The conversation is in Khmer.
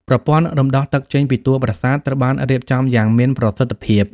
ប្រព័ន្ធរំដោះទឹកចេញពីតួប្រាសាទ ត្រូវបានរៀបចំយ៉ាងមានប្រសិទ្ធភាព។